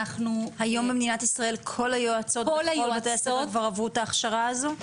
היום במדינת ישראל כל היועצות בכל בתי הספר כבר עברו את ההכשרה הזו?